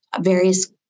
various